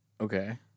Okay